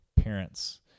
parents